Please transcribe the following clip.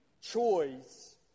choice